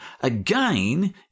again